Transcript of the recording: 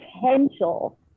potential